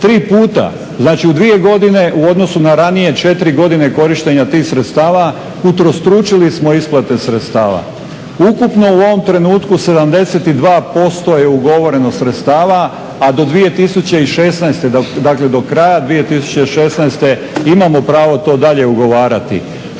u odnosu na ranije 4 godine korištenja tih sredstava utrostručili smo isplate sredstava. Ukupno u ovom trenutku 72% je ugovoreno sredstava, a do 2016., dakle do kraja 2016. imamo pravo to dalje ugovarati.